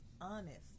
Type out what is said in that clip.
honest